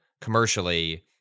commercially